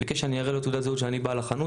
ביקש שאני אראה לו תעודת זהות שאני בעל החנות.